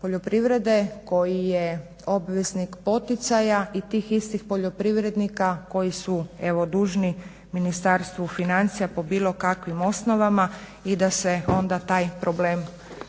poljoprivrede koji je obveznik poticaja i tih istih poljoprivrednika koji su evo dužni Ministarstvu financija po bilo kakvim osnovama i da se onda taj problem pokuša